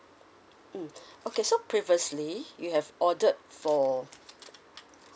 mm okay so previously you have ordered for